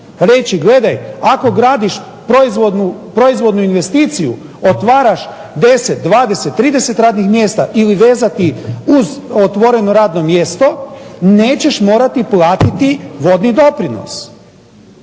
reći, gledaj ako gradiš proizvodnu investiciju, otvaraš 10, 20, 30 radnih mjesta ili vezati uz otvoreno radno mjesto nećeš morati platiti vodni doprinos.